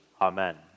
Amen